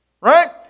Right